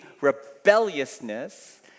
rebelliousness